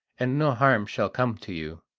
and no harm shall come to you.